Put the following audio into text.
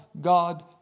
God